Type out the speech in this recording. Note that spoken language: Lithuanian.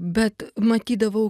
bet matydavau